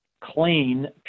clean